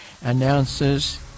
announces